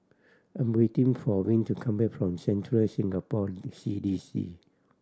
I'm waiting for Vince to come back from Central Singapore C D C